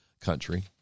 country